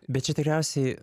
bet čia tikriausiai